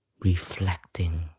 reflecting